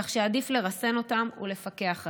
כך שעדיף לרסן אותם ולפקח עליהם.